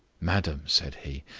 madam, said he,